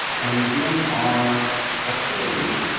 and reviewing our activities